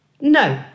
No